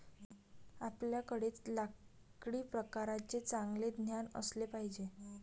आपल्याकडे लाकडी प्रकारांचे चांगले ज्ञान असले पाहिजे